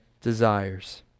desires